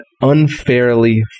unfairly